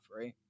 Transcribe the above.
right